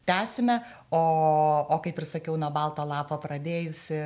tęsime o o kaip ir sakiau nuo balto lapo pradėjusi